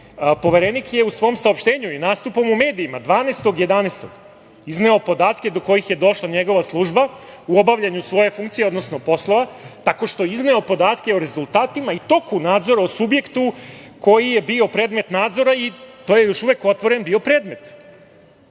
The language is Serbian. Poverenik je u svom saopštenju i nastupom u medijima 12. novembra, izneo podatke do kojih je došla njegova služba u obavljanju svoje funkcije, odnosno poslova tako što je izneo podatke o rezultatima i toku nadzora o subjektu koji je bio predmet nazora. To je još uvek bio otvoren predmet,